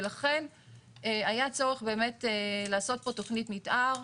ולכן היה צורך באמת לעשות תכנית מתאר,